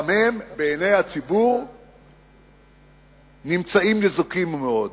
גם הם בעיני הציבור נמצאים ניזוקים מאוד.